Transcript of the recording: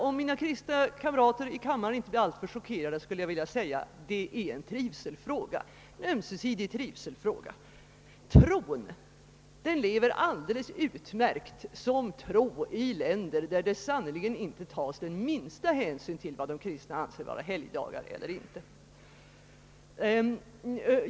Om mina kristna kamrater i kammaren inte blir alltför chockerade skulle jag vilja säga att det är en ömsesidig trivselfråga. Tron lever alldeles utmärkt, såsom tro, i länder där det sannerligen inte tas den minsta hänsyn till vad de kristna anser vara helgdagar eller inte.